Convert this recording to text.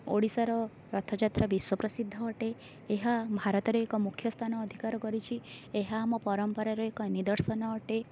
ଓଡ଼ିଶାର ରଥଯାତ୍ରା ବିଶ୍ୱ ପ୍ରସିଦ୍ଧ ଅଟେ ଏହା ଭାରତରେ ଏକ ମୁଖ୍ୟ ସ୍ଥାନ ଅଧିକାର କରିଛି ଏହା ଆମ ପରମ୍ପରାର ଏକ ନିଦର୍ଶନ ଅଟେ